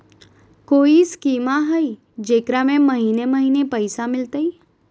कोइ स्कीमा हय, जेकरा में महीने महीने पैसा मिलते?